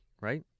Right